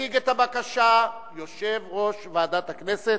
יציג את הבקשה יושב-ראש ועדת הכנסת,